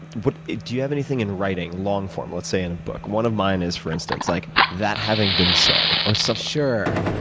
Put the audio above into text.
do you have anything in writing, long form, let's say in a book one of mine is, for instance, like that having been said, or some? sure.